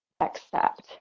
accept